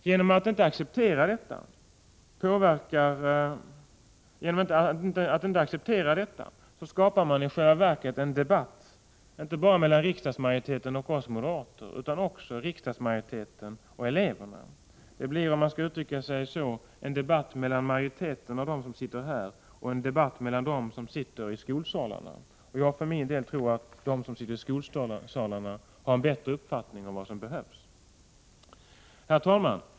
Genom att inte acceptera detta skapar man i själva verket en debatt inte bara mellan riksdagsmajoriteten och oss moderater, utan också mellan riksdagsmajoriteten och eleverna. Det blir, om man skall uttrycka sig så, en debatt mellan majoriteten av dem som sitter här och de som sitter i skolsalarna. Jag för min del tror att de som sitter i skolsalarna har en bättre uppfattning om vad som behövs. Herr talman!